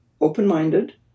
open-minded